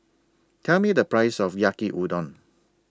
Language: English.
Tell Me The Price of Yaki Udon